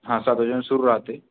हां सात वाजेपर्यंत सुरू राहते